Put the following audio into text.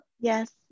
Yes